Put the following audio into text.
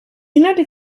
united